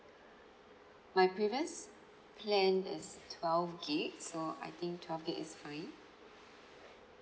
my previous plan is twelve gig so I think twelve gig is fine